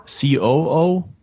COO